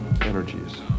energies